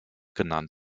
genannt